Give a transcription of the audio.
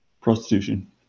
Prostitution